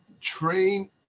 train